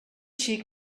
xic